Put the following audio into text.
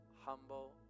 humble